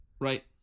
Right